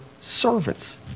servants